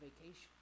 vacation